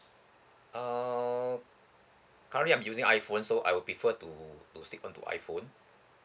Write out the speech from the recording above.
err currently I'm using iPhone so I will prefer to to stick onto iPhone